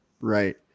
right